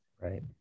Right